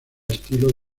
estilo